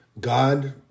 God